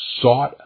sought